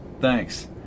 Thanks